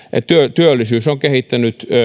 työllisyys on kehittynyt